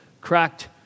cracked